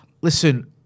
listen